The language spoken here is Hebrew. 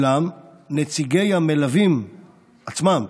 ואולם נציגי המלווים עצמם,